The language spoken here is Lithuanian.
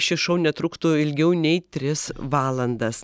šis šou netruktų ilgiau nei tris valandas